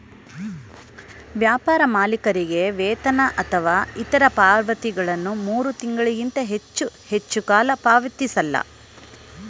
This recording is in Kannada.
ವ್ಯಾಪಾರ ಮಾಲೀಕರಿಗೆ ವೇತನ ಅಥವಾ ಇತ್ರ ಪಾವತಿಗಳನ್ನ ಮೂರು ತಿಂಗಳಿಗಿಂತ ಹೆಚ್ಚು ಹೆಚ್ಚುಕಾಲ ಪಾವತಿಸಲ್ಲ